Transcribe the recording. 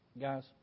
Guys